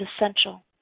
essential